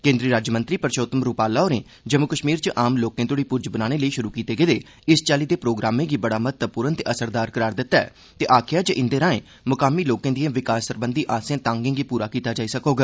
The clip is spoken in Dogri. केन्द्री राज्यमंत्री परषोत्तम रूपाल होरें जम्मू कश्मीर च आम लोकें तोहड़ी पुज्ज बनाने लेई शुरु कीते गेदे इस चाल्ली दे प्रोग्रामें गी बड़ा महत्वपूर्ण ते असरदार करार दित्ता ऐ ते आखेआ ऐ जे इंदे राएं म्कामी लोकें दिएं विकास सरबंधी आर्से तांगें गी पूरा कीता जाई सकोग